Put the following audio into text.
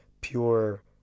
pure